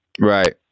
Right